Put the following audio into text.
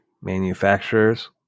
manufacturers